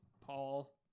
Paul